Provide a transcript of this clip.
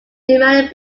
demanding